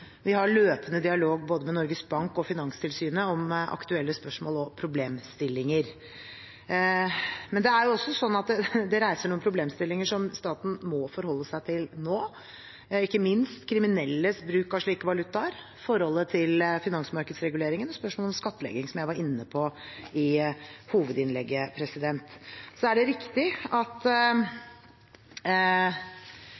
vi har løpende dialog både med Norges Bank og Finanstilsynet om aktuelle spørsmål og problemstillinger. Men det er også slik at det reiser noen problemstillinger som staten må forholde seg til nå, ikke minst kriminelles bruk av slike valutaer, forholdet til finansmarkedsreguleringen og spørsmålet om skattlegging, som jeg var inne på i hovedinnlegget. Så er det riktig – jeg er i hvert fall kjent med – at